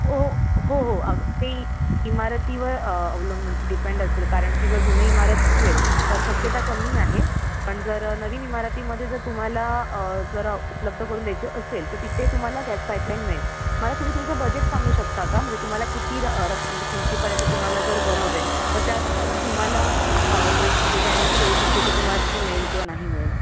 हो हो हो अग ते इमारतीवर अवलंबून डिपेंड असेल कारण की जर जुनी इमारत असेल तर शक्यता कमी आहे पण जर नवीन इमारतीमध्ये जर तुम्हाला जर उपलब्ध करून द्यायची असेल तर तिथे तुम्हाला गॅस पाईपलाईन मिळेल मला तुम्ही तुमचं बजेट सांगू शकता का म्हणजे तुम्हाला किती र रकमे म्हणजे किमतीपर्यंत तुम्हाला जर घर हवं आहे तर त्यानुसार मी तुम्हाला म्हणजे गॅरंटी देऊ शकते की तुम्हाला तिथे मिळेल किंवा नाही मिळेल